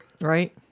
Right